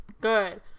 good